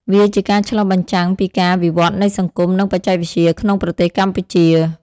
វាជាការឆ្លុះបញ្ចាំងពីការវិវឌ្ឍន៍នៃសង្គម និងបច្ចេកវិទ្យាក្នុងប្រទេសកម្ពុជា។